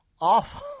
awful